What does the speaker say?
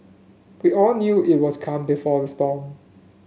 we all knew it was calm before the storm